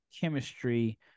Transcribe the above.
chemistry